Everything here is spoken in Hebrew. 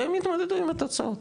והם יתמודדו עם התוצאות.